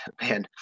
man